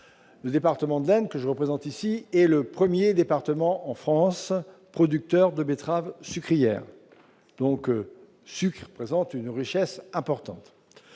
Le département de l'Aisne, que je représente, est le premier département de France producteur de betteraves sucrières. Le sucre y représente donc une richesse importante.